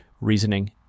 reasoning